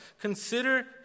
Consider